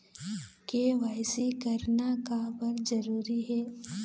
KYC करना का बर जरूरी हे?